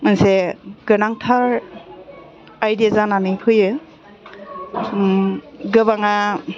मोनसे गोनांथार आइदिया जानानै फैयो गोबाङा